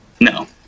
No